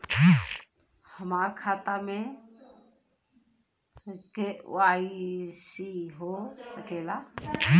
हमार खाता में के.वाइ.सी हो सकेला?